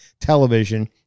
television